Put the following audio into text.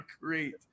great